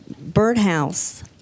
birdhouse